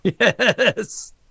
Yes